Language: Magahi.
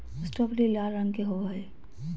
स्ट्रावेरी लाल रंग के होव हई